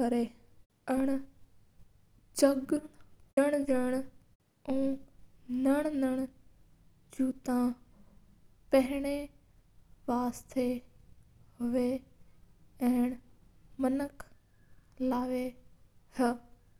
करा जग मन मन वास्ता मनक लावा है।